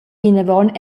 vinavon